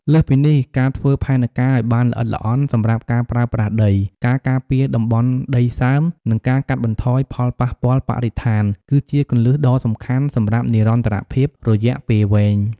លើសពីនេះ ការធ្វើផែនការឱ្យបានល្អិតល្អន់សម្រាប់ការប្រើប្រាស់ដី ការការពារតំបន់ដីសើម និងការកាត់បន្ថយផលប៉ះពាល់បរិស្ថាន គឺជាគន្លឹះដ៏សំខាន់សម្រាប់និរន្តរភាពរយៈពេលវែង។